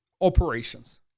operations